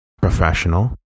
professional